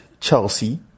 Chelsea